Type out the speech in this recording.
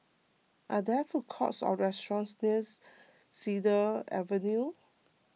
Are there food courts or restaurants nears Cedar Avenue